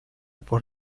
por